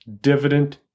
dividend